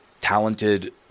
talented